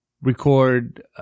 record